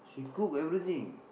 she cook everything